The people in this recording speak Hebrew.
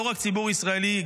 לא רק הציבור הישראלי,